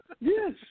Yes